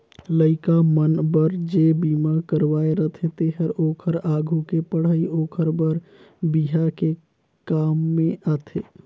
लइका मन बर जे बिमा करवाये रथें तेहर ओखर आघु के पढ़ई ओखर बर बिहा के काम में आथे